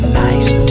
nice